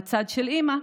מהצד של אימא,